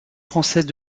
française